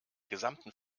gesamten